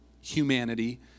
humanity